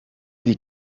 die